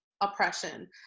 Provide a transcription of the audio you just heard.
oppression